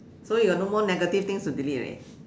so you no more negative thing to delete